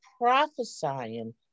prophesying